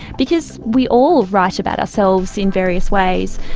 because we all write about ourselves in various ways,